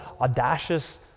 audacious